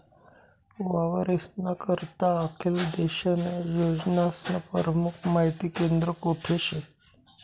वावरेस्ना करता आखेल देशन्या योजनास्नं परमुख माहिती केंद्र कोठे शे?